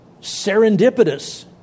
serendipitous